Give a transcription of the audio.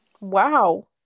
Wow